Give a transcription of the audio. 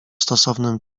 stosownym